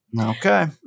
Okay